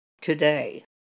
today